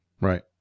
Right